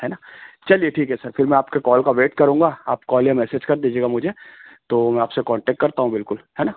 है ना चलिए ठीक है सर फिर मैं आपके कॉल का वेट करूँगा आप कॉल या मैसेज कर दीजिएगा मुझे तो मैं आपसे कॉन्टैक्ट करता हूँ बिल्कुल है ना